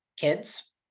kids